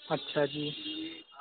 اچھا جی